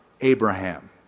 Abraham